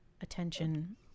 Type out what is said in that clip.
attention